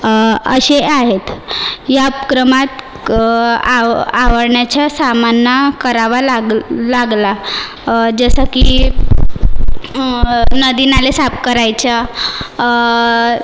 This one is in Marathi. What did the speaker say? असे आहेत या क्रमात आ आवडण्याच्या सामना करावा लाग लागला जसं की नदी नाले साफ करायचं